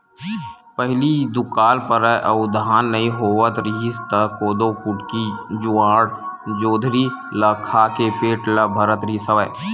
पहिली दुकाल परय अउ धान नइ होवत रिहिस त कोदो, कुटकी, जुवाड़, जोंधरी ल खा के पेट ल भरत रिहिस हवय